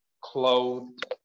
clothed